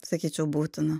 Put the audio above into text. sakyčiau būtina